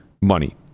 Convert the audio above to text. money